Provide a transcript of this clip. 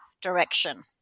direction